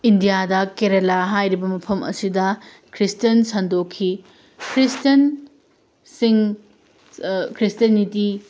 ꯏꯟꯗꯤꯌꯥꯗ ꯀꯦꯔꯦꯂꯥ ꯍꯥꯏꯔꯤꯕ ꯃꯐꯝ ꯑꯁꯤꯗ ꯈ꯭ꯔꯤꯁꯇꯤꯌꯥꯟ ꯁꯟꯗꯣꯛꯈꯤ ꯈ꯭ꯔꯤꯁꯇꯤꯌꯥꯟꯁꯤꯡ ꯈ꯭ꯔꯤꯁꯇꯤꯌꯥꯟꯅꯤꯇꯤ